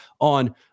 on